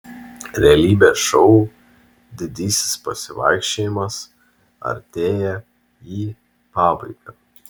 realybės šou didysis pasivaikščiojimas artėja į pabaigą